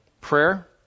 Prayer